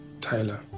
Tyler